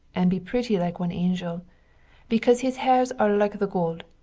and be pretty like one angel because his hairs are like the gold,